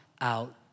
out